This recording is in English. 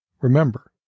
Remember